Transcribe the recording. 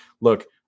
look